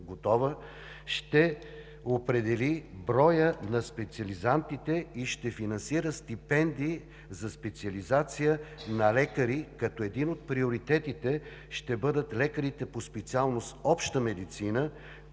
ще определим броя на специализантите и ще финансираме стипендии за специализация на лекари, като един от приоритетите ще бъдат лекарите по специалност „Обща медицина“,